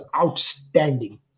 outstanding